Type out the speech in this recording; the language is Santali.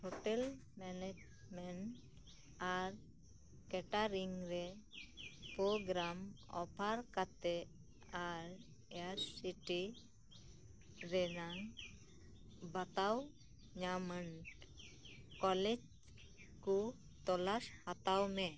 ᱦᱳᱴᱮᱞ ᱢᱮᱱᱮᱡᱽᱢᱮᱱᱴ ᱟᱨ ᱠᱮᱴᱟᱨᱤᱝ ᱨᱮ ᱯᱨᱳᱜᱨᱟᱢ ᱚᱯᱷᱟᱨ ᱠᱟᱛᱮᱫ ᱟᱨ A I C T E ᱨᱮᱱᱟᱜ ᱵᱟᱛᱟᱣ ᱧᱟᱢᱟᱱ ᱠᱚᱞᱮᱡᱽ ᱠᱚ ᱛᱚᱞᱟᱥ ᱦᱟᱛᱟᱣ ᱢᱮ